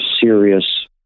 serious